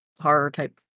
horror-type